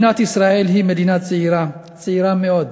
מדינת ישראל היא מדינה צעירה, צעירה מאוד.